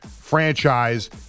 franchise